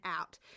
Out